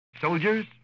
Soldiers